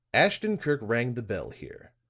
ashton-kirk rang the bell here,